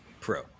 Pro